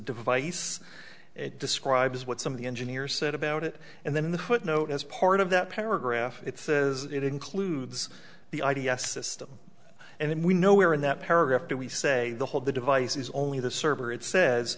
device it describes what some of the engineers said about it and then the footnote as part of that paragraph it says it includes the i d s system and we know where in that paragraph do we say the hold the device is only the server it says